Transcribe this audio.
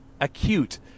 acute